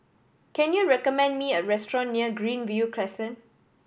can you recommend me a restaurant near Greenview Crescent